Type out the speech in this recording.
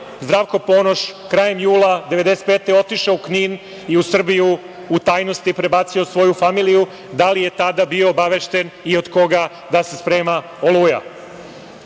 Zdravko Ponoš krajem jula 1995. godine otišao u Knin i u Srbiju u tajnosti prebacio svoju familiju? Da li je tada bio obavešten i od koga da se sprema